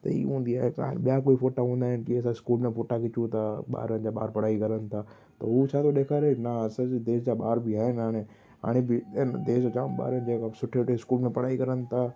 त हीअ हूंदी आहे त ॿियां बि फोटा हूंदा आहिनि की असां स्कूल में फोटा खिचूं था ॿारनि जा ॿार पढ़ाई करण था त उहा छा थो ॾेखारे न असांजे देश जा ॿार बि आहिनि हाणे हाणे बि आहिनि देश जा जाम ॿार बि आहिनि सुठे सुठे स्कूल में पढ़ाई करण था